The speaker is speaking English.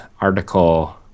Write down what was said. article